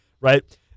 Right